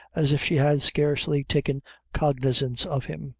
as if she had scarcely taken cognizance of him,